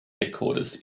headquarters